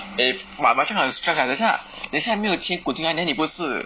eh but but 这样很 stress ah 等一下等一下没有钱滚进来 then 你不是